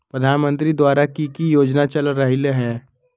प्रधानमंत्री द्वारा की की योजना चल रहलई ह?